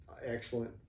excellent